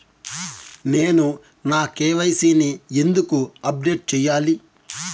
నేను నా కె.వై.సి ని ఎందుకు అప్డేట్ చెయ్యాలి?